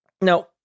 Now